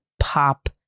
pop